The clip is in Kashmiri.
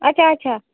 اچھا اچھا